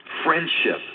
friendship